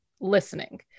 listening